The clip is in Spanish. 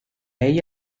ella